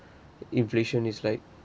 inflation is like